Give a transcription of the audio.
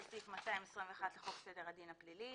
סעיף 221(ב) לחוק סדר הדין הפלילי.